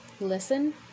Listen